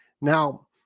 Now